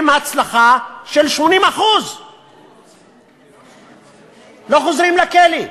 עם הצלחה של 80%. לא חוזרים לכלא.